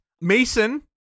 Mason